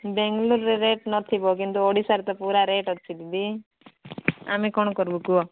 ବେଙ୍ଗାଲୁରୁରେ ରେଟ୍ ନଥିବ କିନ୍ତୁ ଓଡ଼ିଶାରେ ତ ପୁରା ରେଟ୍ ଅଛି ଦିଦି ଆମେ କ'ଣ କରିବୁ କୁହ